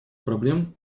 проблем